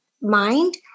mind